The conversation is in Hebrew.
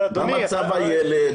מה מצב הילד,